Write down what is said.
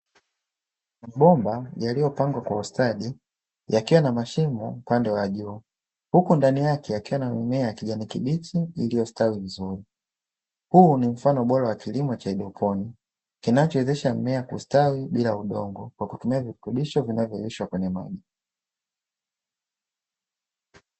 Mabomba yaliyopangwa kwa ustadi, yakiwa na mashimo upande wa juu, huku ndani yake yakiwa na mimea ya kijani kibichi, iliyostawi vizuri. Huu ni mfano bora wa kilimo cha haidroponi, kinachowezesha mmea kusitawi bila udongo, kwa kutumia virutubisho vinavyoyeyushwa kwenye maji.